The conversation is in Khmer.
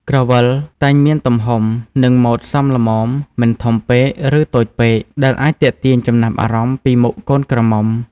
ក្រវិល តែងមានទំហំ និង ម៉ូដសមល្មម មិនធំពេក ឬ តូចពេក ដែលអាចទាក់ទាញចំណាប់អារម្មណ៍ពីមុខកូនក្រមុំ។